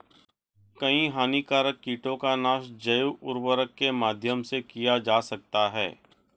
कई हानिकारक कीटों का नाश जैव उर्वरक के माध्यम से किया जा सकता है